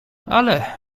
ale